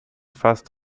fast